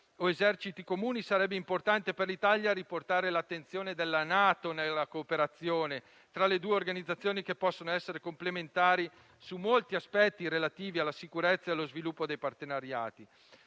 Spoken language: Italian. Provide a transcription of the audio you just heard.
o eserciti comuni, sarebbe importante per l'Italia riportare l'attenzione della NATO nella cooperazione tra le due organizzazioni, che possono essere complementari su molti aspetti, relativi alla sicurezza e allo sviluppo dei partenariati.